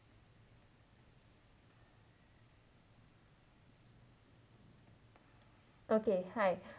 okay hi